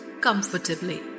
comfortably